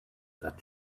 that